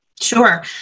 Sure